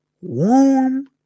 warm